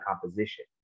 composition